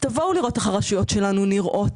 תבואו לראות איך הרשויות שלנו נראות.